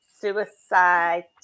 suicide